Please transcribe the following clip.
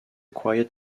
quiet